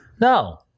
no